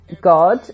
God